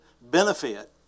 benefit